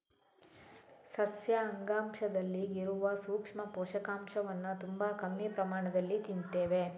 ಸಸ್ಯ ಅಂಗಾಂಶದಲ್ಲಿ ಇರುವ ಸೂಕ್ಷ್ಮ ಪೋಷಕಾಂಶವನ್ನ ತುಂಬಾ ಕಮ್ಮಿ ಪ್ರಮಾಣದಲ್ಲಿ ತಿಂತೇವೆ